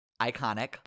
Iconic